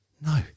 no